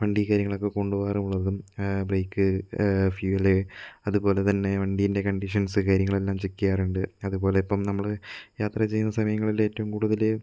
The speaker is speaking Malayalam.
വണ്ടി കാര്യങ്ങളൊക്കെ കൊണ്ടു പോകാറുമുള്ളതും ബ്രേക്ക് ഫ്യുവല് അതുപോല തന്നെ വണ്ടീൻ്റെ കണ്ടീഷൻസ് കാര്യങ്ങള് എല്ലാം ചെക്ക് ചെയ്യാറുണ്ട് അതുപോലെ ഇപ്പം നമ്മള് യാത്ര ചെയ്യുന്ന സമയങ്ങളില് ഏറ്റവും കൂടുതല്